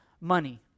money